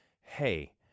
Hey